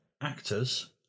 actors